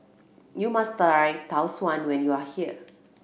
you must try Tau Suan when you are here